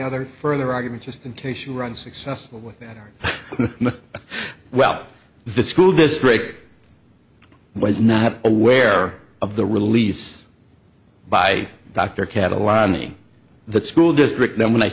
other further argument just in case you run successful with that or well the school this break was not aware of the release by dr cataloging the school district then when i